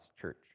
church